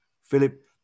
Philip